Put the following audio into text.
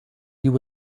you